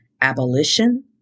abolition